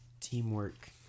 Teamwork